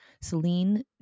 Celine